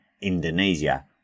Indonesia